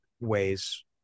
ways